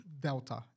delta